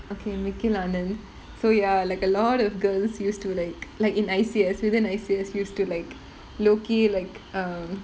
okay mikil ananth so ya like a lot of girls used to like like in I_C_S within I_C_S used to like low key like um